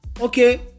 Okay